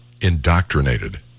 indoctrinated